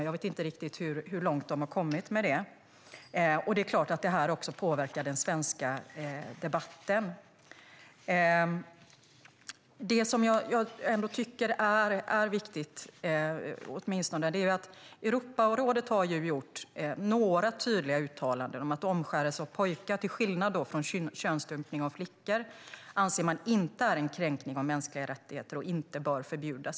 Jag vet inte riktigt hur långt de har kommit, och det är klart att de initiativen också påverkar den svenska debatten. Det jag tycker är viktigt är att Europarådet har gjort några tydliga uttalanden om att omskärelse av pojkar, till skillnad från könsstympning av flickor, inte anses vara en kränkning av mänskliga rättigheter och inte bör förbjudas.